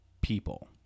people